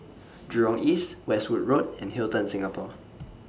Jurong East Westwood Road and Hilton Singapore